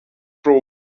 pro